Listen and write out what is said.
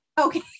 Okay